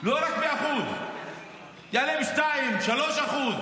לא רק ב-1% יעלה ב-2%, ב-3%.